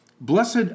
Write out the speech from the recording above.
blessed